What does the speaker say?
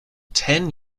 ten